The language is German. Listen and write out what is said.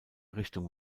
richtung